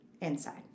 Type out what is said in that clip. inside